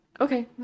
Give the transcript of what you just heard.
Okay